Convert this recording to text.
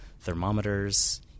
thermometers